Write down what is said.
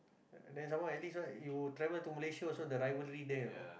then some more at least you travel to Malaysia the rivalry there you know